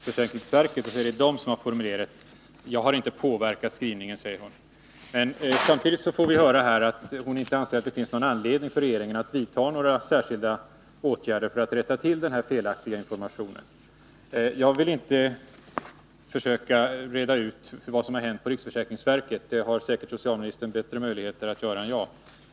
Herr talman! Socialministern kryper bakom ryggen på riksförsäkringsverket och säger att det är riksförsäkringsverket som har gjort formuleringen. Hon säger att hon inte har påverkat skrivningen. Men samtidigt får vi här höra att hon inte anser att det finns anledning för regeringen att vidta några särskilda åtgärder för att rätta till den här felaktiga informationen. Jag skall inte försöka reda ut vad som hänt på riksförsäkringsverket. Socialministern har säkert bättre möjligheter än jag att göra det.